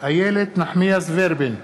איילת נחמיאס ורבין,